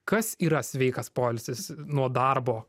kas yra sveikas poilsis nuo darbo